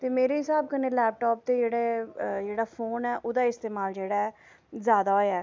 ते मेरे स्हाब कन्नै लैपटाप ते जेह्ड़े जेह्ड़ा फोन ऐ ओह्दा इस्तमाल जेह्ड़ा ऐ जैदा होएआ ऐ